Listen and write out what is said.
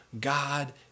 God